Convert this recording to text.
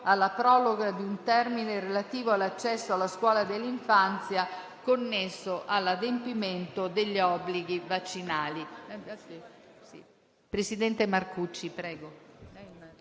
alla proroga di un termine relativo all'accesso alla scuola dell'infanzia connesso all'adempimento degli obblighi vaccinali.